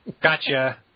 Gotcha